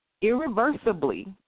irreversibly